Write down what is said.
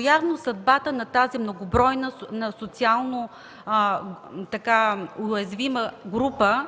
Явно обаче съдбата на тази многобройна и социално уязвима група